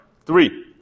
Three